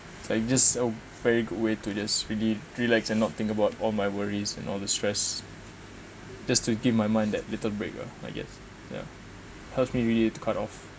like just so fade away to just really relax and not think about all my worries and all the stress just to give my mind that little break ah I guess ya helps me really to cut off